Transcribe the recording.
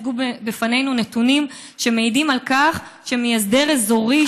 הוצגו בפנינו נתונים שמעידים על כך שמהסדר אזורי,